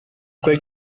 quel